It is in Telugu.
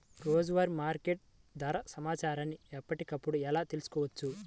రోజువారీ మార్కెట్ ధర సమాచారాన్ని ఎప్పటికప్పుడు ఎలా తెలుసుకోవచ్చు?